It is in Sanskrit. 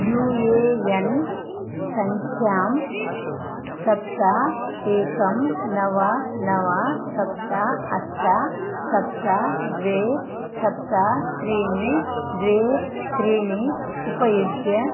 यू ए एन् सङ्ख्यां सप्त एकं नव नव सप्त अष्ट सप्त द्वे सप्त त्रीणि द्वे त्रीणि उपयुज्य